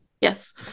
yes